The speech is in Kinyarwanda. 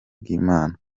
bw’imana